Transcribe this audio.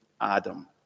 Adam